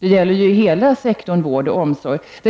Det gäller ju hela vårdoch omsorgssektorn.